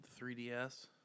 3DS